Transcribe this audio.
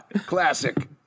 Classic